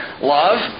Love